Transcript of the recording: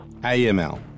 AML